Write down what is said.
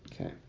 okay